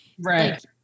Right